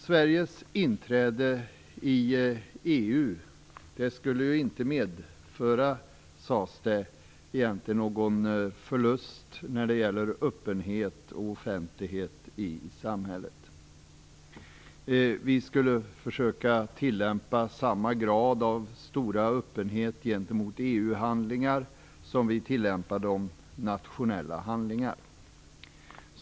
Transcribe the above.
Sveriges inträde i EU skulle ju inte medföra någon egentlig förlust, sades det, när det gäller öppenhet och offentlighet i samhället. Vi skulle försöka tillämpa stor öppenhet när det gällde EU-handlingar i samma grad som i fråga om nationella handlingar.